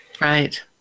Right